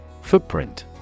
Footprint